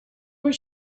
were